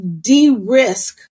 de-risk